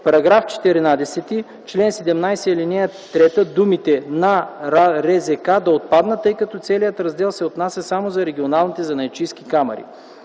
5. В § 14, чл. 17, ал. 3 думите „на РЗК” да отпаднат, тъй като целият раздел се отнася само за регионалните занаятчийски камари.